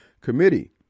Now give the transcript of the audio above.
committee